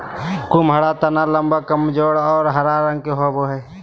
कुम्हाडा तना लम्बा, कमजोर और हरा रंग के होवो हइ